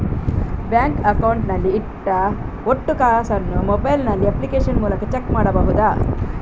Bank account ನಲ್ಲಿ ಇಟ್ಟ ಒಟ್ಟು ಕಾಸನ್ನು ಮೊಬೈಲ್ ನಲ್ಲಿ ಅಪ್ಲಿಕೇಶನ್ ಮೂಲಕ ಚೆಕ್ ಮಾಡಬಹುದಾ?